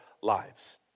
lives